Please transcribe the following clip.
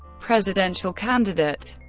presidential candidate